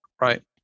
right